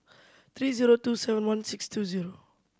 three zero two seven one six two zero